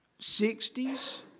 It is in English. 60s